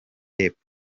epfo